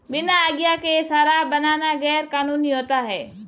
बिना आज्ञा के शराब बनाना गैर कानूनी होता है